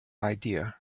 idea